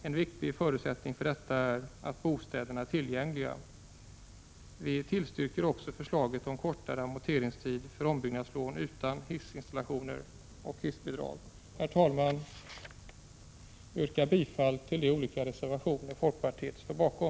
En viktig förutsättning för detta är att bostäderna är tillgängliga. Vi tillstyrker också förslaget om kortare amorteringstid för ombyggnadslån utan hissinstallation och hissbidrag. Herr talman! Jag yrkar bifall till de olika reservationer som folkpartiet står bakom.